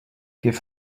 give